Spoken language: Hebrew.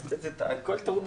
אני יודע שאת לא מסכימה,